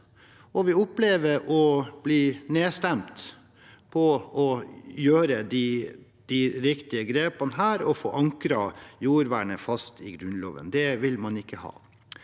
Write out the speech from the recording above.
da opplevde vi å bli nedstemt på å gjøre de riktige grepene og få ankret jordvernet fast i Grunnloven. Det ville man ikke ha.